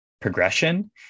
progression